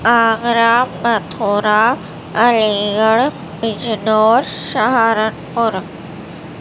Agra Mathura Aligarh Bijnor Saharanpur